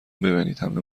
ببینیدهمه